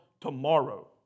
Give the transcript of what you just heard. tomorrow